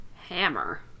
Hammer